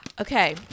Okay